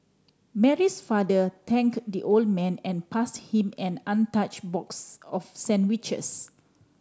Mary's father thank the old man and pass him an untouch box of sandwiches